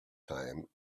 time